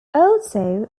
also